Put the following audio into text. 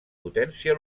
potència